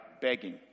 begging